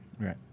Right